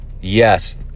yes